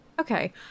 okay